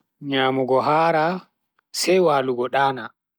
nyamugo haara, sai walugo dana.